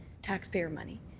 taxpayer money,